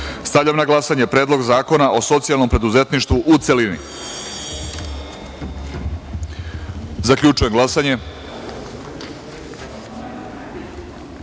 na glasanje Predlog zakona o socijalnom preduzetništvu, u celini. Zaključujem glasanje: